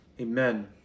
amen